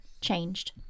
changed